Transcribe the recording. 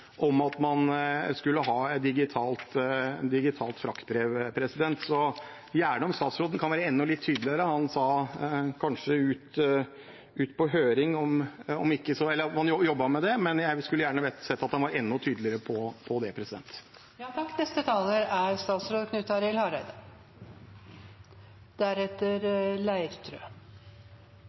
om at man skulle ha et digitalt fraktbrev. Statsråden må gjerne være enda litt tydeligere. Han sa at det kanskje skulle på høring, eller at man jobbet med det, men jeg skulle gjerne sett at han var enda tydeligere på det. Eg får allereie no moglegheita til å vere tydelegare. Det eg sa knytt til digitale fraktbrev, er